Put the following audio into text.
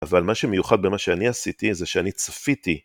אבל מה שמיוחד במה שאני עשיתי, זה שאני צפיתי.